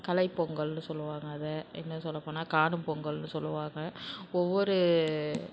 கலைப்பொங்கல்னு சொல்லுவாங்கள் அதை இன்னும் சொல்லப்போனால் காணும்பொங்கல்னு சொல்லுவாங்கள் ஒவ்வொரு